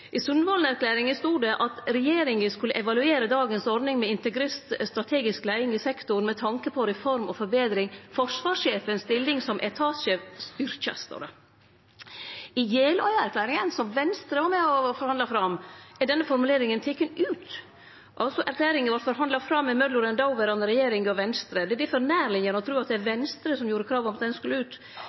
I Sundvolden-erklæringa stod det at regjeringa skulle evaluere dagens ordning med integrert strategisk leiing i sektoren med tanke på reform og forbetring. «Forsvarssjefens rolle som etatssjef styrkes», stod det. I Jeløya-erklæringa, som Venstre var med og forhandla fram, er denne formuleringa teken ut. Erklæringa vart forhandla fram mellom den dåverande regjeringa og Venstre, og det er difor nærliggjande å tru at det var Venstre som kom med krav om at formuleringa skulle ut.